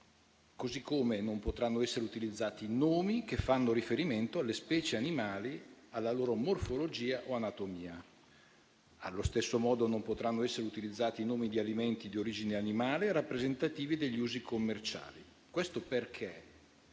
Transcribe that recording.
così come quello di utilizzare nomi che fanno riferimento alle specie animali, alla loro morfologia o anatomia. Allo stesso modo non potranno essere utilizzati nomi di alimenti di origine animale rappresentativi degli usi commerciali, questo perché